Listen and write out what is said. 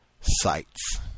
sites